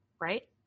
Right